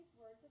words